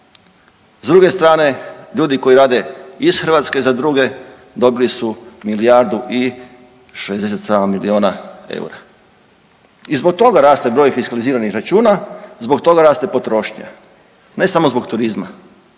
s druge strane ljudi koji rade iz Hrvatske za druge dobili su milijardu i 67 milijuna eura. I zbog toga raste broj fiskaliziranih računa, zbog toga raste potrošnja, ne samo zbog turizma